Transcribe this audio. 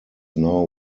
now